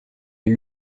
est